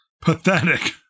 Pathetic